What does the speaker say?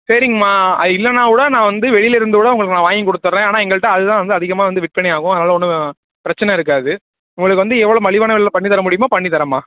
சரிங்கம்மா அது இல்லைன்னா கூட நான் வந்து வெளிலேருந்து கூட உங்களுக்கு நான் வாங்கி கொடுத்தர்றேன் ஆனால் எங்கள்கிட்ட அது தான் வந்து அதிகமாக வந்து விற்பனை ஆகும் அதனால் ஒன்றும் பிரச்சனை இருக்காது உங்களுக்கு வந்து எவ்வளோ மலிவான விலையில் பண்ணித் தர முடியுமோ பண்ணித் தரேம்மா